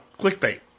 clickbait